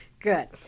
Good